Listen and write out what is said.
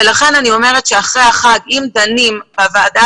לכן אני אומרת שאחרי החג אם דנים בוועדה